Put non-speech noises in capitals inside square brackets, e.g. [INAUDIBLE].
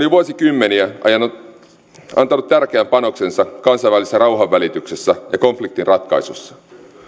[UNINTELLIGIBLE] jo vuosikymmeniä antanut tärkeän panoksensa kansainvälisessä rauhanvälityksessä ja konfliktinratkaisussa